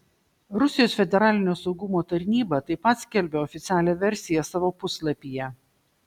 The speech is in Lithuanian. rusijos federalinio saugumo tarnyba taip pat skelbia oficialią versiją savo puslapyje